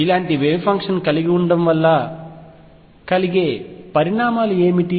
ఇలాంటి wave function కలిగి ఉండటం వల్ల కలిగే పరిణామాలు ఏమిటి